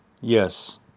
Yes